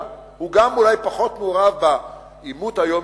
והוא גם אולי פחות מעורב בעימות היומיומי,